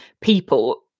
people